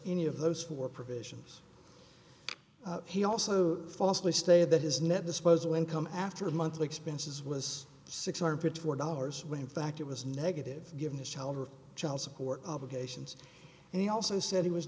any of those four provisions he also falsely stated that his net disposable income after monthly expenses was six hundred fifty four dollars when in fact it was negative given his child or child support obligations and he also said he was